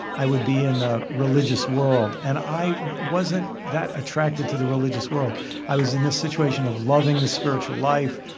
i would be in the religious world and i wasn't that attracted to the religious world i was in this situation of loving the spiritual life,